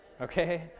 Okay